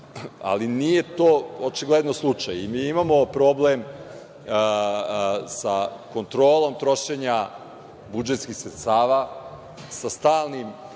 Nije to očigledno slučaj. Mi imamo problem sa kontrolom trošenja budžetskih sredstava, sa stalnim